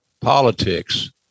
politics